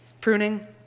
pruning